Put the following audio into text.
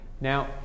Now